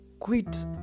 Quit